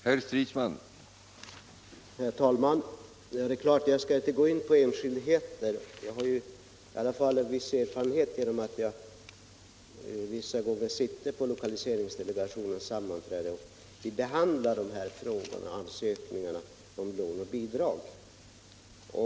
Herr talman! Naturligtvis skall jag inte gå in på enskildheter, men jag har i alla fall en viss erfarenhet eftersom jag ibland sitter med på lokaliseringsdelegationens sammanträden och behandlar ansökningar om lån och bidrag.